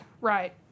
right